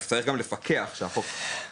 אז צריך גם לפקח על זה שהחוק ייאכף.